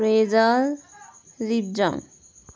phrasal लिपजङ